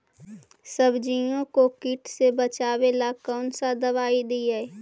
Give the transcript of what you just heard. सब्जियों को किट से बचाबेला कौन सा दबाई दीए?